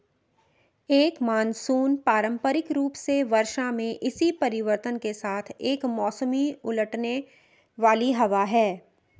एक मानसून पारंपरिक रूप से वर्षा में इसी परिवर्तन के साथ एक मौसमी उलटने वाली हवा है